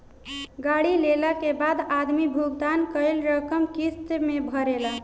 गाड़ी लेला के बाद आदमी भुगतान कईल रकम किस्त में भरेला